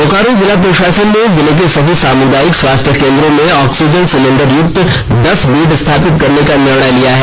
बोकारो जिला प्रशासन ने जिले के सभी सामुदायिक स्वास्थ्य केंद्रों में ऑक्सीजन सिलिंडर युक्त दस बेड स्थापित करने का निर्णय लिया है